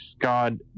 god